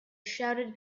shouted